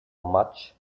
much